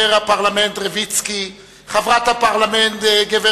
חבר הפרלמנט רביצקי,